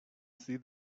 see